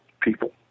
people